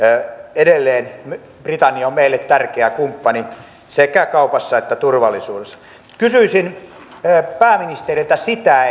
edelleen britannia on meille tärkeä kumppani sekä kaupassa että turvallisuudessa kysyisin pääministeriltä sitä